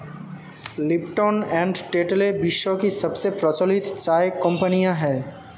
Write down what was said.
Lipton and Tetley विश्व की सबसे प्रचलित चाय कंपनियां है